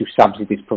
subsidies